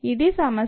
ఇది సమస్య